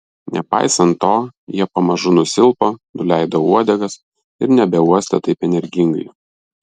nepaisant to jie pamažu nusilpo nuleido uodegas ir nebeuostė taip energingai